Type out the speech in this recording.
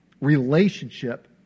relationship